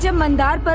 yeah mandar but